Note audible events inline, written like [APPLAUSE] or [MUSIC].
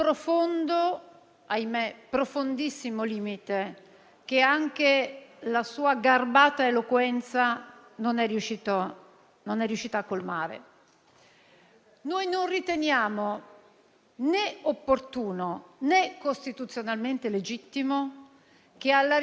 ci ha particolarmente coinvolti nella sua attività di gestione dell'emergenza, [APPLAUSE] nonostante noi avessimo e abbiamo ancora utilissime ricette sanitarie, economiche e di economia della conoscenza - probabilmente il tema più importante di questi tempi - per far ripartire velocemente il Paese.